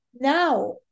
now